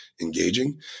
engaging